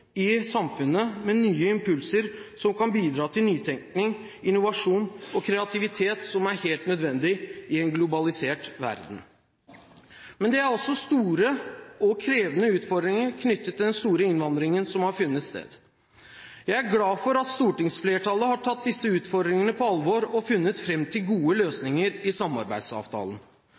i samfunnet med nye impulser som kan bidra til nytenking, innovasjon og kreativitet som er helt nødvendig i en globalisert verden. Men det er også store og krevende utfordringer knyttet til den store innvandringen som har funnet sted. Jeg er glad for at stortingsflertallet har tatt disse utfordringene på alvor og funnet fram til gode løsninger i samarbeidsavtalen.